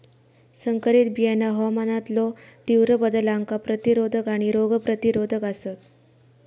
संकरित बियाणा हवामानातलो तीव्र बदलांका प्रतिरोधक आणि रोग प्रतिरोधक आसात